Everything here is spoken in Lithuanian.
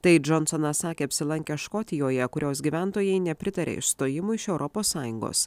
tai džonsonas sakė apsilankęs škotijoje kurios gyventojai nepritarė išstojimui iš europos sąjungos